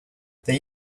they